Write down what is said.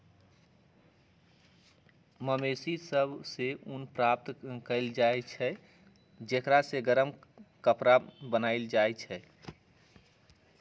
मवेशि सभ से ऊन प्राप्त कएल जाइ छइ जेकरा से गरम कपरा बनाएल जाइ छइ